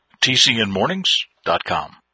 tcnmornings.com